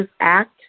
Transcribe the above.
act